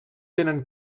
tenen